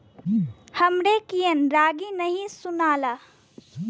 हमरे कियन रागी नही सुनाला